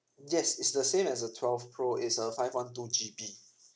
yes is the same as the twelve pro is a five one two G_B